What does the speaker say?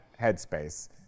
headspace